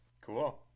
Cool